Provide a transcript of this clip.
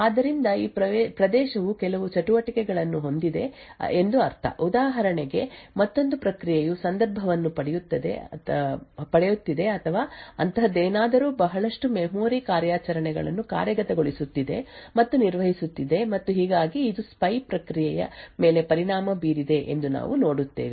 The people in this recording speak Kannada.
ಆದ್ದರಿಂದ ಈ ಪ್ರದೇಶವು ಕೆಲವು ಚಟುವಟಿಕೆಗಳನ್ನು ಹೊಂದಿದೆ ಎಂದು ಅರ್ಥ ಉದಾಹರಣೆಗೆ ಮತ್ತೊಂದು ಪ್ರಕ್ರಿಯೆಯು ಸಂದರ್ಭವನ್ನು ಪಡೆಯುತ್ತಿದೆ ಅಥವಾ ಅಂತಹದ್ದೇನಾದರೂ ಬಹಳಷ್ಟು ಮೆಮೊರಿ ಕಾರ್ಯಾಚರಣೆಗಳನ್ನು ಕಾರ್ಯಗತಗೊಳಿಸುತ್ತಿದೆ ಮತ್ತು ನಿರ್ವಹಿಸುತ್ತಿದೆ ಮತ್ತು ಹೀಗಾಗಿ ಇದು ಸ್ಪೈ ಪ್ರಕ್ರಿಯೆಯ ಮೇಲೆ ಪರಿಣಾಮ ಬೀರಿದೆ ಎಂದು ನಾವು ನೋಡುತ್ತೇವೆ